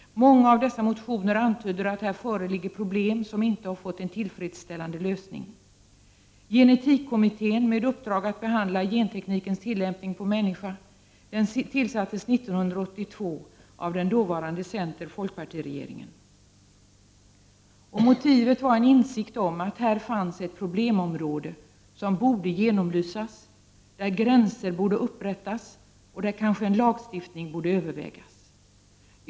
Många av dessa motioner antyder att här föreligger problem som inte har fått någon tillfredsställande lösning. Gen-etik-kommittén, med uppdrag att behandla genteknikens tillämpning på människor, tillsattes 1982 av den dåvarande center-folkpartiregeringen. Motivet var en insikt om att här fanns ett problemområde som borde genomlysas, där gränser borde upprättas och där kanske lagstiftning borde övervägas.